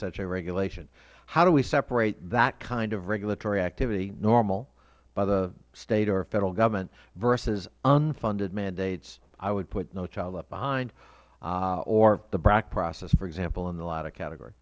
such a regulation how do we separate that kind of regulatory activity normal by the state or federal government versus unfunded mandates i would put no child left behind or the brac process for example in the latter category